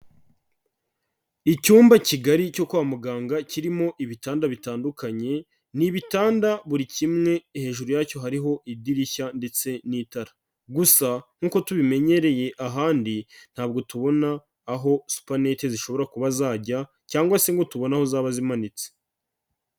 Icyumba kigari cyo kwa muganga kirimo ibitanda bitandukanye, ni ibitanda buri kimwe hejuru yacyo hariho idirishya ndetse n'itara, gusa nkuko tubimenyereye ahandi ntabwo tubona aho supanete zishobora kuba zajya cyangwa se ngo tubona aho zaba zimanitse.